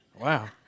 Wow